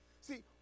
See